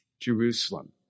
Jerusalem